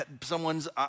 someone's